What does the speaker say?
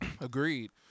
Agreed